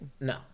No